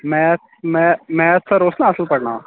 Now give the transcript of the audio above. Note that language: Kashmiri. میٚتھ میٚتھ میٚتھ سَر اوس نا اصٕل پَرٕناوان